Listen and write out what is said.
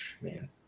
Man